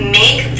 make